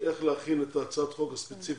איך להכין את הצעת החוק הספציפית,